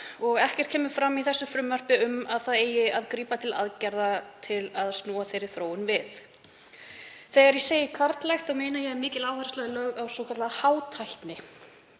og ekkert kemur fram í þessu frumvarpi um að grípa eigi til aðgerða til að snúa þeirri þróun við. Þegar ég segi karllægt meina ég að mikil áhersla sé lögð á svokallaða hátækni.